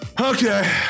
Okay